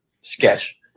Sketch